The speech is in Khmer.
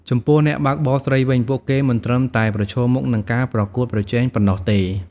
ចំពោះ អ្នកបើកបរស្រីវិញ ពួកគេមិនត្រឹមតែប្រឈមមុខនឹងការប្រកួតប្រជែងប៉ុណ្ណោះទេ។